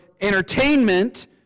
entertainment